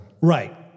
Right